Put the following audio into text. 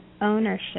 ownership